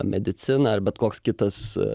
medicina ar bet koks kitas